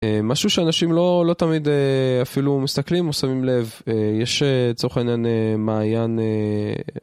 משהו שאנשים לא תמיד אפילו מסתכלים או שמים לב, יש לצורך העניין מעיין...